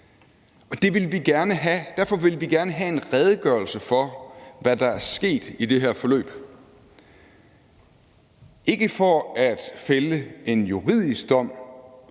Derfor vil vi gerne have en redegørelse for, hvad der er sket i det her forløb. Det er ikke for at fælde en juridisk dom,